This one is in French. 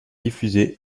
diffuser